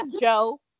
Joe